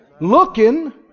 Looking